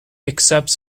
accepts